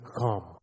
come